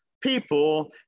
people